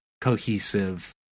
cohesive